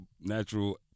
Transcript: natural